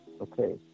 Okay